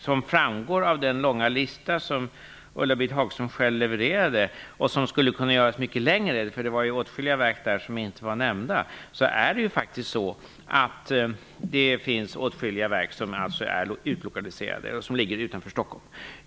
Som framgår av den långa uppräkning som Ulla Britt Hagström själv gjorde och som skulle kunna göras mycket längre - åtskilliga verk var inte nämnda - är faktiskt många verk utlokaliserade och belägna utanför Stockholm.